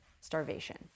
Starvation